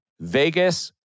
Vegas